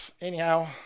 anyhow